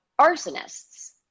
arsonists